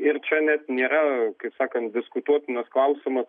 ir čia net nėra kaip sakant diskutuotinas klausimas